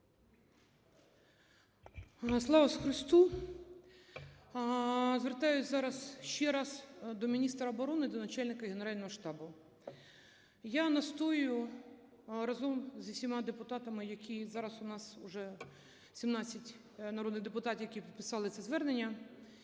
Слава Ісусу Христу. Звертаюся зараз ще раз до міністра оборони, до начальника Генерального штабу. Я настоюю разом з усіма депутатами, які зараз у нас вже 17 народних депутатів, які підписали це звернення,